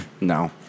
No